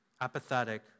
apathetic